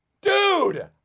dude